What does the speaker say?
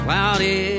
Cloudy